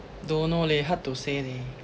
don't know leh hard to say leh